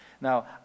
Now